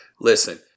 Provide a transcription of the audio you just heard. Listen